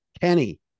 Kenny